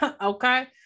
Okay